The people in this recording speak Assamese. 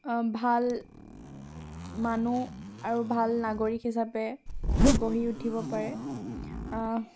ভাল মানুহ আৰু ভাল নাগৰিক হিচাপে গঢ়ি উঠিব পাৰে